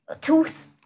Tooth